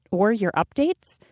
or your updates?